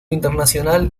internacional